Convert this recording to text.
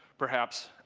perhaps.